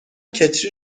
کتری